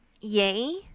yay